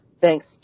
Thanks